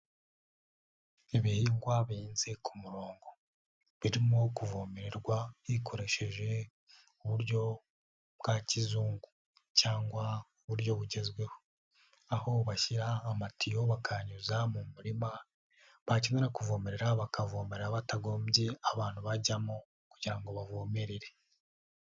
Ibihingwa bihinze ku murongo birimo kuvomererwa hikoresheje uburyo bwa kizungu cyangwa uburyo bugezweho, aho bashyira amatiyo bakanyuza mu murima, bakenera kuvomerera bakavomera batagombye abantu bajyamo kugira ngo bavomererere.